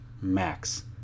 Max